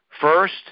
first